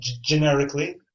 generically